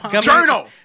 journal